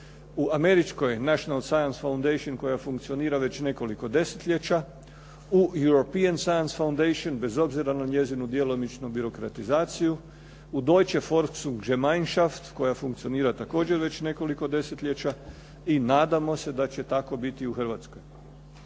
U Američkoj National Science of Fundation koja funkcionira već nekoliko desetljeća u Eurupen Science of Fundation bez obzira na njezinu djelomičnu birokratizaciju u … /Govornik se ne razumije./ … koja također funkcionira nekoliko desetljeća i nadamo se da će tako biti i u Hrvatskoj.